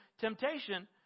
temptation